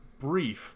brief